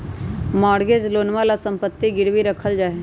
mortgage लोनवा ला सम्पत्ति गिरवी रखल जाहई